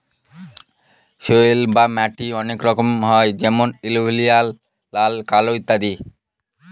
soil বা মাটি অনেক রকমের হয় যেমন এলুভিয়াল, লাল, কালো ইত্যাদি